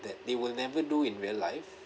that they will never do in real life